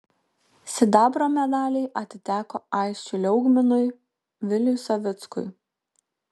sidabro medaliai atiteko aisčiui liaugminui viliui savickui